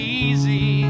easy